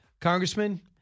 Congressman